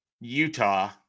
Utah